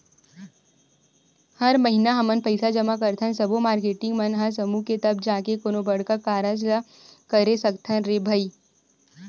हर महिना हमन पइसा जमा करथन सब्बो मारकेटिंग मन ह समूह के तब जाके कोनो बड़का कारज ल करे सकथन रे भई